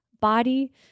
body